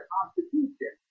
Constitution